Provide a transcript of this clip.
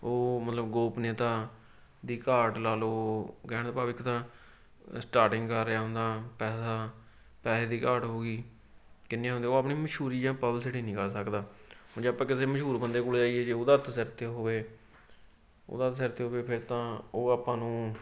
ਉਹ ਮਤਲਬ ਗੋਪਨੀਤਾ ਦੀ ਘਾਟ ਲਾ ਲਓ ਕਹਿਣ ਭਾਵ ਇੱਕ ਤਾਂ ਸਟਾਰਟਿੰਗ ਕਰ ਰਿਹਾ ਹੁੰਦਾ ਪੈਸਾ ਪੈਸੇ ਦੀ ਘਾਟ ਹੋ ਗਈ ਕਿੰਨੀਆਂ ਹੁੰਦੀ ਉਹ ਆਪਣੀ ਮਸ਼ਹੂਰੀ ਜਾਂ ਪਬ੍ਲਿਸਿਟੀ ਨਹੀਂ ਕਰ ਸਕਦਾ ਹੁਣ ਜੇ ਆਪਾਂ ਕਿਸੇ ਮਸ਼ਹੂਰ ਬੰਦੇ ਕੋਲ ਜਾਈਏ ਜੇ ਉਹਦਾ ਹੱਥ ਸਿਰ 'ਤੇ ਹੋਵੇ ਉਹਦਾ ਸਿਰ 'ਤੇ ਹੋਵੇ ਫਿਰ ਤਾਂ ਉਹ ਆਪਾਂ ਨੂੰ